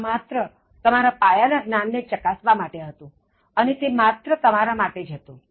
આ માત્ર તમારા પાયા ના જ્ઞાનને ચકાસવા માટે હતું અને તે માત્ર તમારા માટે જ હતું